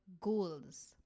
goals